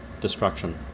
destruction